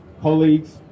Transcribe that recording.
colleagues